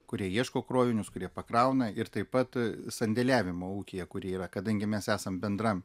kurie ieško krovinius kurie pakrauna ir taip pat sandėliavimo ūkyje kurie yra kadangi mes esam bendram